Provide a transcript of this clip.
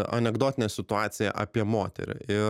anekdotinę situaciją apie moterį ir